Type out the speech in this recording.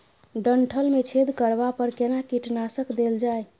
डंठल मे छेद करबा पर केना कीटनासक देल जाय?